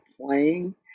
playing